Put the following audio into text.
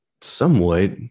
somewhat